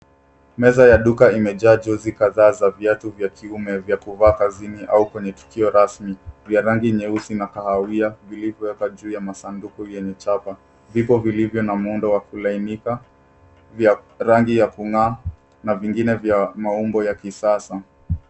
Meza ya duka imejaa jozi kadhaa za viatu vya kiume vya kuvaa kazini au kwenye tukio rasmi, vya rangi nyeusi na kahawia vilivyowekwa juu ya masunduku yenye chapa. Vipo vilivyo na muundo wa kulainika vya rangi ya kung'aa na vingine vya maumbo ya kisasa.